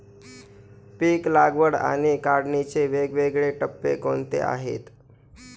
पीक लागवड आणि काढणीचे वेगवेगळे टप्पे कोणते आहेत?